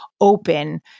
open